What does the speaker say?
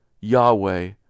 Yahweh